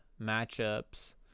matchups